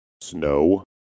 snow